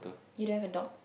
you don't have a dog